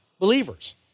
believers